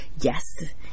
yes